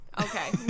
okay